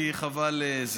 כי חבל.